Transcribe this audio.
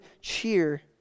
cheer